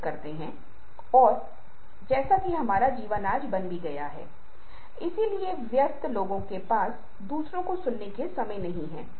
संस्कृति और क्षेत्रों में हमने पाया है और आप मेरी एक पूर्व वार्ता में पाते हैं पुरुषों और पुरुषों और पुरुषों और महिलाओं के बीच विभिन्न प्रकार के रिक्त स्थान बनाए रखे जाते हैं